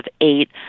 eight